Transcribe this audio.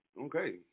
Okay